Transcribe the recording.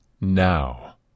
now